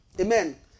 Amen